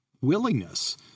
willingness –